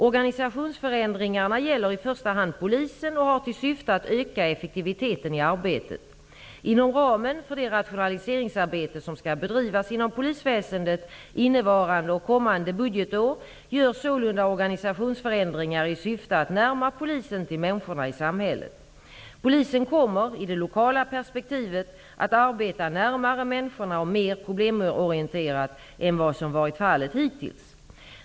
Organisationsförändringarna gäller i första hand Polisen och har till syfte att öka effektiviteten i arbetet. Inom ramen för det rationaliseringsarbete som skall bedrivas inom polisväsendet under innevarande och kommande budgetår görs sålunda organisationsförändringar i syfte att närma polisen till människorna i samhället. Polisen kommer i det lokala perspektivet att arbeta närmare människorna och mer problemorienterat än vad som har varit fallet hittills.